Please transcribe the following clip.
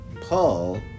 Paul